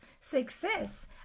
success